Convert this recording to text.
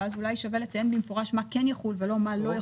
אולי כדאי לציין במפורש מה כן יחול ולא מה לא יחול.